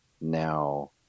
now